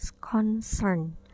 concern